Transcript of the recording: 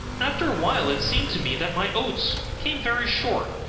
after awhile it seemed to me that my oats came very short